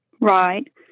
Right